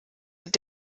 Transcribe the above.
und